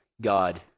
God